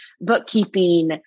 bookkeeping